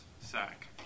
sack